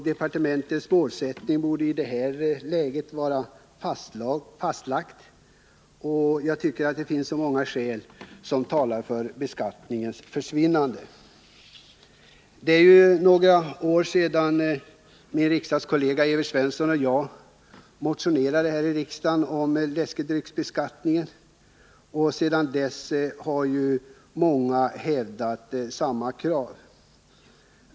Departementets målsättning borde i detta läge vara fastlagd — det finns ju många skäl som talar för beskattningens borttagande. Det är några år sedan min riksdagskollega Evert Svensson och jag här i riksdagen motionerade om läskedrycksbeskattningen, och sedan dess har många hävdat samma krav.